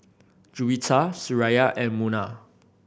Juwita Suraya and Munah